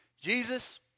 Jesus